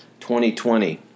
2020